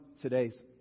today's